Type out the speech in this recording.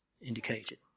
indicated